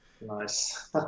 nice